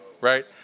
right